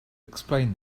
explain